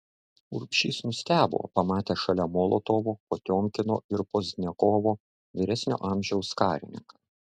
urbšys nustebo pamatęs šalia molotovo potiomkino ir pozdniakovo vyresnio amžiaus karininką